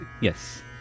yes